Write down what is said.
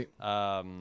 Right